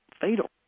fatal